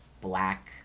black